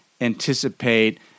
anticipate